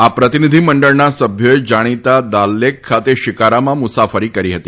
આ પ્રતિનિધિ મંડળના સભ્યોએ જાણીતા દાલલેક ખાતે શિકારામાં મુસાફરી કરી હતી